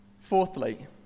Fourthly